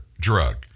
drug